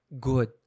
good